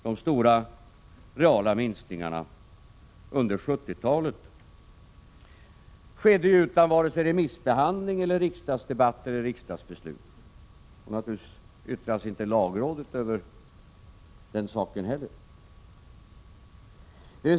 De stora minskningarna av realavkastningarna under 70-talet inträffade ju utan vare sig remissbehandling, riksdagsdebatter eller riksdagsbeslut. Och naturligtvis yttrade sig inte heller lagrådet över det som skedde.